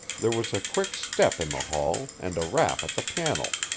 there was a quick step in the hall and a rap at the panel.